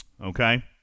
Okay